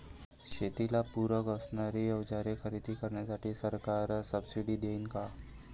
शेतीला पूरक असणारी अवजारे खरेदी करण्यासाठी सरकार सब्सिडी देईन का?